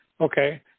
Okay